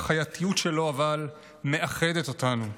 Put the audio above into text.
אבל החייתיות שלו מאחדת אותנו.